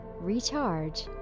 recharge